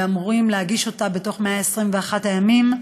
ואמורים להגיש אותה בתוך 121 הימים,